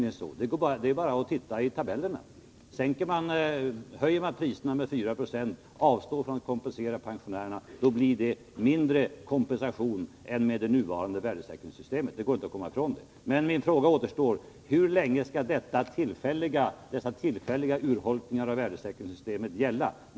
Det är 13 nämligen så — det är bara att titta i tabellerna — att om man höjer priserna med 4 Jo och avstår från att kompensera pensionärerna, då blir det fråga om én mindre kompensation än med det nuvarande värdesäkringssystemet. Det kan man inte komma ifrån. Men min fråga återstår: Hur länge skall dessa tillfälliga urholkningar i värdesäkringssystemet gälla?